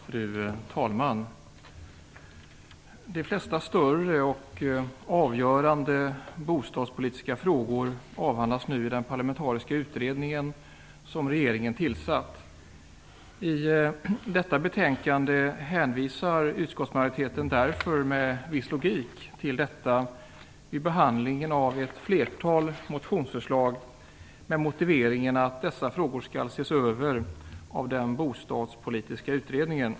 Fru talman! De flesta större och avgörande bostadspolitiska frågor avhandlas nu i den parlamentariska utredning som regeringen tillsatt. I betänkandet hänvisar utskottsmajoriteten därför med viss logik till detta vid behandlingen av ett flertal motionsförslag med motiveringen att dessa frågor skall ses över av den bostadspolitiska utredningen.